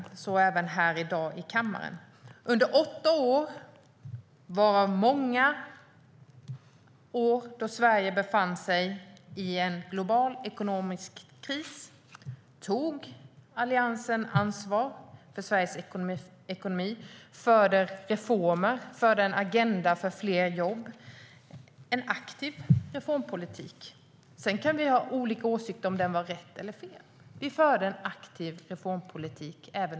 Det gäller även här i kammaren i dag. Under många av Alliansens åtta år vid makten befann sig Sverige i en global ekonomisk kris. Då tog Alliansen ansvar för Sveriges ekonomi, gjorde reformer och förde en agenda för fler jobb. Vi kan ha olika åsikter om huruvida det var rätt eller fel, men vi förde en aktiv reformpolitik.